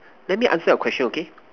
let me answer your question okay